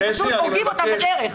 אתם פשוט הורגים אותם בדרך.